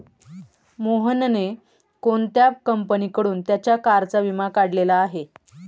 मोहनने कोणत्या कंपनीकडून त्याच्या कारचा विमा काढलेला आहे?